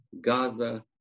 Gaza